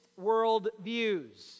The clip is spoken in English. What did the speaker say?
worldviews